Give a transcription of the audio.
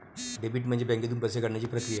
debit म्हणजे बँकेतून पैसे काढण्याची प्रक्रिया